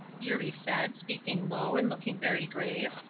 eurie said, speaking low, and looking very grave.